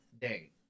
day